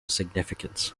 significance